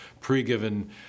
pre-given